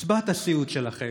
קצבת הסיעוד שלכם,